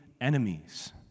enemies